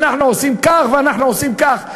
אנחנו עושים כך ואנחנו עושים כך.